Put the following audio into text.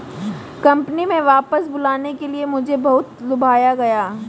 company में वापस बुलाने के लिए मुझे बहुत लुभाया गया